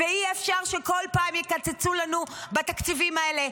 ואי-אפשר שכל פעם יקצצו לנו בתקציבים האלה.